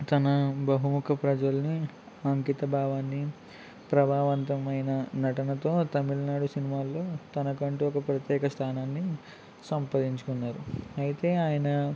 తన బహుక ప్రజల్ని అంకిత భావాన్ని ప్రభావంతమైన నటనతో తమిళనాడు సినిమాల్లో తనకంటూ ఒక ప్రత్యేక స్థానాన్ని సంపాదించుకున్నారు అయితే ఆయన